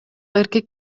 эркек